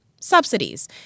subsidies